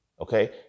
Okay